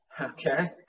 Okay